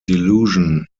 delusion